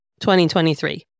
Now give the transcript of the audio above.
2023